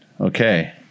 okay